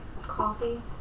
Coffee